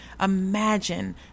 imagine